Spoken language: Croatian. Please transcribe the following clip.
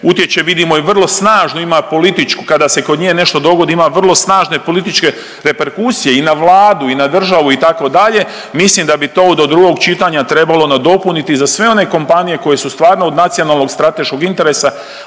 utječe vidimo i vrlo snažno ima političku, kada se kod nje nešto dogodi ima vrlo snažne političke reperkusije i na Vladu i na državu itd. Mislim da bi to do drugog čitanja trebalo nadopuniti za sve one kompanije koje su stvarno od nacionalnog strateškog interesa,